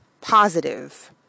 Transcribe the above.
positive